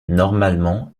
normalement